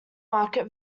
market